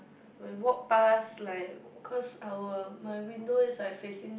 when walk pass like cause our my window is like facing